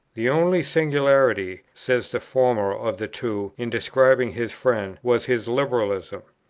the only singularity, says the former of the two in describing his friend, was his liberalism.